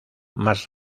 más